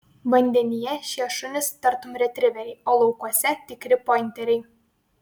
vandenyje šie šunys tartum retriveriai o laukuose tikri pointeriai